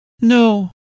No